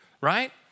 right